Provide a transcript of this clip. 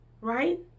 right